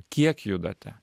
kiek judate